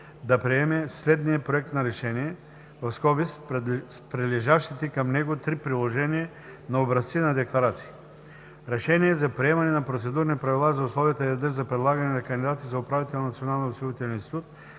да приеме следния Проект на решение (с прилежащите към него три приложения на образци на декларации): „Проект! РЕШЕНИЕ за приемане на процедурни правила за условията и реда за предлагане на кандидати за